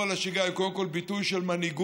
על השגרה היא קודם כול ביטוי של מנהיגות